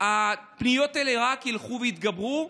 והפניות האלה רק ילכו ויתגברו.